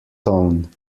tone